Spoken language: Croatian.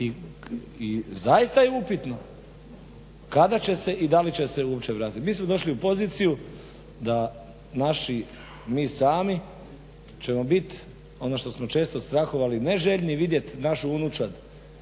zemlje kada će se i dali će se uopće vratiti. Mi smo došli u poziciju da naši mi sami ćemo biti ono što smo često strahovali ne željni vidjeti našu unučad